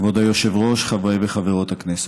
כבוד היושב-ראש, חברי וחברות הכנסת,